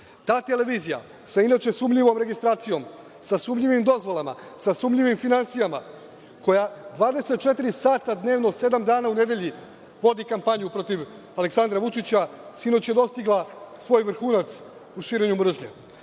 televizija, sa inače sumnjivom registracijom, sa sumnjivim dozvolama, sa sumnjivim finansijama, koja 24 sata dnevno sedam dana u nedelji vodi kampanju protiv Aleksandra Vučića, sinoć je dostigla svoj vrhunac u širenju mržnje.